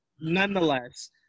nonetheless